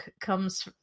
comes